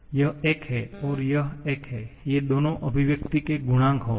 यह एक है और यह एक है ये दोनों अभिव्यक्ति के गुणांक होंगे